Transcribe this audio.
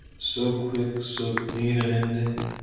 so quick, so clean an ending?